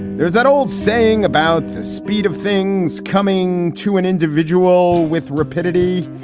there's that old saying about the speed of things coming to an individual with rapidity,